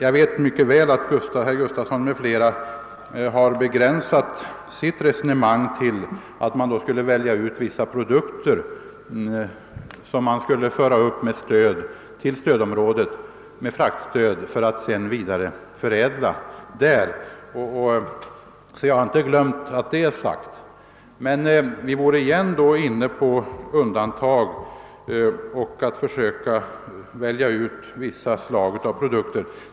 Nu vet jag att herr Gustafson i Göteborg och andra talare har begränsat resonemanget till att man skulle med fraktstöd forsla upp vissa produkter för vidareförädling i stödområdet. Jag har inte glömt det. Men då skulle vi åter vara inne på undantagen; vi skulle välja ut vissa produkter.